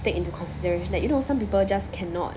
take into consideration that you know some people just cannot